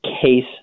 case